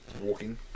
walking